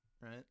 right